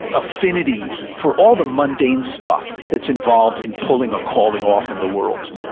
affinity for all the mundane stuff that's involved in pulling a calling off in the world.